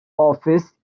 office